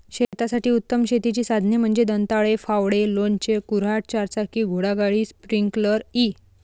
शेतासाठी उत्तम शेतीची साधने म्हणजे दंताळे, फावडे, लोणचे, कुऱ्हाड, चारचाकी घोडागाडी, स्प्रिंकलर इ